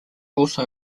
also